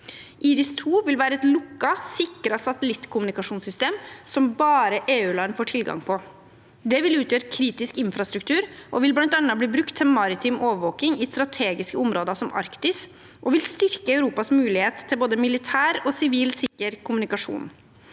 IRIS[2] vil være et lukket og sikret satellittkommunikasjonssystem som bare EU-land får tilgang til. Det vil utgjøre kritisk infrastruktur, det vil bl.a. bli brukt til maritim overvåking i strategiske områder som Arktis, og det vil styrke Europas mulighet til både militær og sivil sikker kommunikasjon.